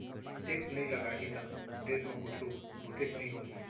tax नइ लगाही त देस म कुछु बुतेच नइ होही